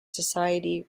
society